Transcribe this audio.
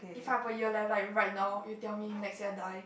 if I've a year left like right now you tell me next year die